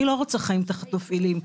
אני לא רוצה חיים תחת מפעילים.